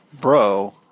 Bro